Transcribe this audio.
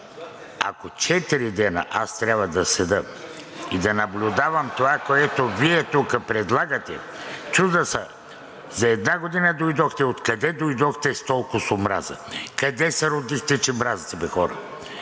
ако четири дена аз трябва да седя и да наблюдавам това, което Вие предлагате – чудя се, за една година дойдохте, откъде дойдохте с толкова омраза? Къде се родихте, че мразите бе, хора?